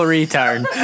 retard